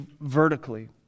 vertically